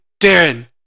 Darren